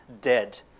dead